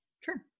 Sure